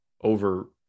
over